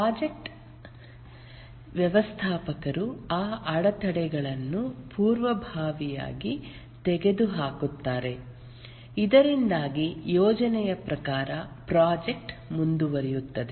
project ವ್ಯವಸ್ಥಾಪಕರು ಆ ಅಡೆತಡೆಗಳನ್ನು ಪೂರ್ವಭಾವಿಯಾಗಿ ತೆಗೆದುಹಾಕುತ್ತಾರೆ ಇದರಿಂದಾಗಿ ಯೋಜನೆಯ ಪ್ರಕಾರ ಪ್ರಾಜೆಕ್ಟ್ ಮುಂದುವರಿಯುತ್ತದೆ